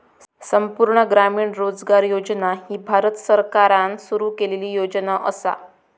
संपूर्ण ग्रामीण रोजगार योजना ही भारत सरकारान सुरू केलेली योजना असा